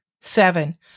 Seven